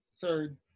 Third